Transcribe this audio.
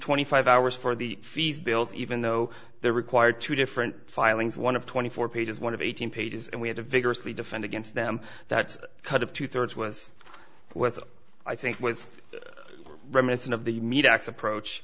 twenty five hours for the fees bills even though they're required two different filings one of twenty four pages one of eighteen pages and we had to vigorously defend against them that's kind of two thirds was what i think with reminiscent of the meat ax approach